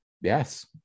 Yes